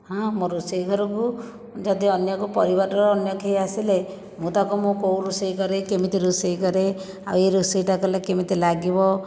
ହଁ ଆମ ରୋଷେଇ ଘରକୁ ଯଦି ଅନ୍ୟ କେଉଁ ପରିବାରର ଅନ୍ୟ କେହି ଆସିଲେ ମୁଁ ତାକୁ ମୁଁ କେଉଁ ରୋଷେଇ କରେ କେମିତି ରୋଷେଇ କରେ ଆଉ ଏ ରୋଷେଇଟା କଲେ କେମିତି ଲାଗିବ